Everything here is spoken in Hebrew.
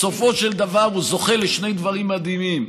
בסופו של דבר הוא זוכה לשני דברים מדהימים: